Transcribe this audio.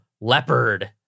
leopard